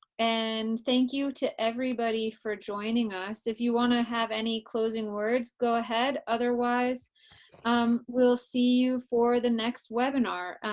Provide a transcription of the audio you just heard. and thank you to everybody for joining us. if you want to have any closing words, go ahead, otherwise um we'll see you for the next webinar.